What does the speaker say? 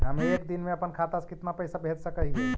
हम एक दिन में अपन खाता से कितना पैसा भेज सक हिय?